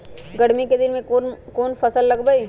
गर्मी के दिन में कौन कौन फसल लगबई?